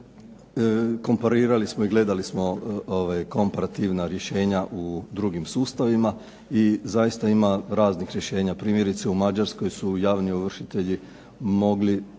komparirali smo i gledali smo komparativna rješenja u drugim sustavima i zaista ima raznih rješenja. Primjerice u Mađarskoj su javni ovršitelji mogli